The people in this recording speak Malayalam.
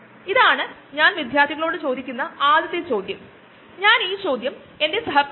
അതായത് ഒരു മൈക്രോആൽഗയിൽ നിന്ന് ബയോ ഓയിൽ എങ്ങനെ സാധ്യമാണ് ഒരു ബയോറിയാക്ടർ ആയി ബന്ധപ്പെട്ട ഒരു ബയോപ്രോസസ്സ് വഴി